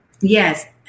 Yes